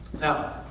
Now